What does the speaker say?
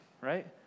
right